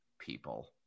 people